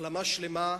החלמה שלמה.